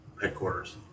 headquarters